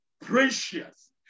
precious